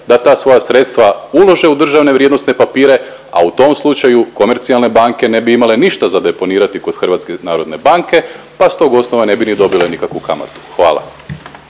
da ta svoja sredstva ulože u državne vrijednosne papire, a u tom slučaju komercijalne banke ne bi imale ništa za deponirati kod HNB-a pa s tog osnova ne bi ni dobile nikakvu kamatu. Hvala.